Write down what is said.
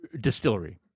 distillery